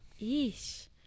eesh